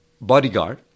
bodyguard